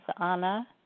Anna